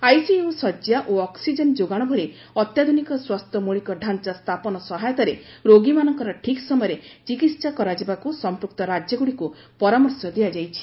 ICU ଶଯ୍ୟା ଓ oxygen ଯୋଗାଣ ଭଳି ଅତ୍ୟାଧୁନିକ ସ୍ୱାସ୍ଥ୍ୟ ମୌଳିକ ଢାଞ୍ଚା ସ୍ଥାପନ ସହାୟତାରେ ରୋଗୀମାନଙ୍କର ଠିକ୍ ସମୟରେ ଚିକିତ୍ସା କରାଯିବାକୁ ସମ୍ପୃକ୍ତ ରାଜ୍ୟଗୁଡ଼ିକୁ ପରାମର୍ଶ ଦିଆଯାଇଛି